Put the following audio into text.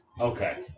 Okay